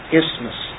isthmus